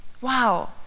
Wow